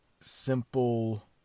simple